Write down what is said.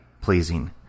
pleasing